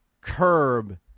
curb